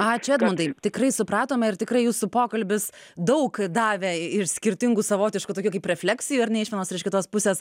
ačiū edmundai tikrai supratome ir tikrai jūsų pokalbis daug davė ir skirtingų savotiškų tokių kaip refleksijų ar ne iš vienos ir iš kitos pusės